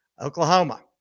Oklahoma